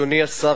אדוני השר,